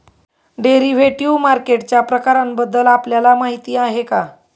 Derivative मार्केटच्या प्रकारांबद्दल आपल्याला माहिती आहे का?